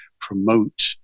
promote